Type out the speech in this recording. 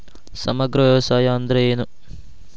ಸಮಗ್ರ ವ್ಯವಸಾಯ ಅಂದ್ರ ಏನು?